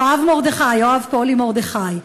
יואב פולי מרדכי,